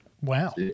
Wow